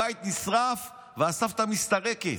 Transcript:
הבית נשרף והסבתא מסתרקת.